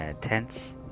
tents